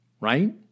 right